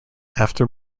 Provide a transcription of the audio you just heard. after